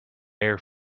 air